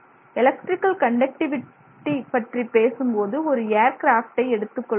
electrical conductivity பற்றி பேசும் போது ஒரு ஏர்கிராப்ட்டை எடுத்துக்கொள்வோம்